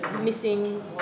missing